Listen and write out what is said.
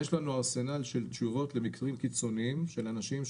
יש לנו ארסנל של תשובות למקרים קיצוניים של אנשים,